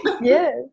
yes